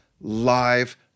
live